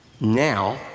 now